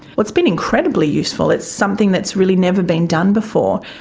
well it's been incredibly useful, it's something that's really never been done before.